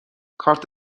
کارت